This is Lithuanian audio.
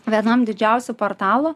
vienam didžiausių portalų